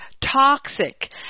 toxic